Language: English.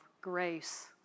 grace